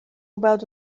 about